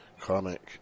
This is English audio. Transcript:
comic